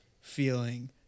feeling